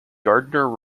gardner